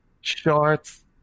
shorts